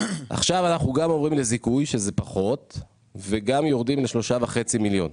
עכשיו אנחנו גם עוברים לזיכוי שזה פחות וגם יורדים ל-3.5 מיליון,